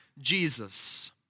Jesus